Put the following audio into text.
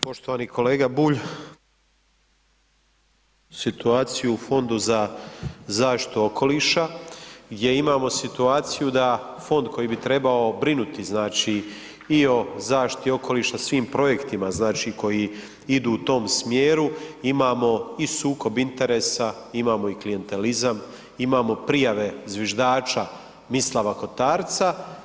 Poštovani kolega Bulj, situaciju u Fondu za zaštitu okoliša gdje imamo situaciju da fond koji bi trebao brinuti znači i o zaštiti okoliša svim projektima znači koji idu u tom smjeru imamo i sukob interesa, imamo i klijentelizam, imamo prijave zviždača Mislava Kotarca.